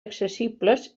accessibles